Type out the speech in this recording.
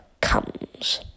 comes